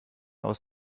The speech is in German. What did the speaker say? aus